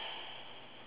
okay